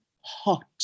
hot